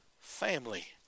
family